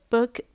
Book